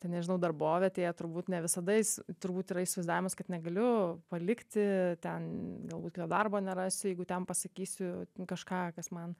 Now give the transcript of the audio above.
ten nežinau darbovietėje turbūt ne visada jis turbūt yra įsivaizdavimas kad negaliu palikti ten galbūt kito darbo nerasiu jeigu ten pasakysiu kažką kas man